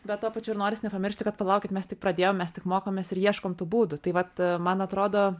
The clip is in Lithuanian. bet tuo pačiu ir noris nepamiršti kad palaukit mes tik pradėjom mes tik mokomės ir ieškom tų būdų tai vat man atrodo